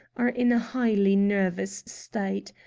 are in a highly nervous state.